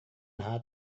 наһаа